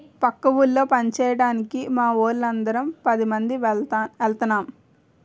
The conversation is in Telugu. పక్క ఊళ్ళో పంచేయడానికి మావోళ్ళు అందరం పదిమంది ఎల్తన్నం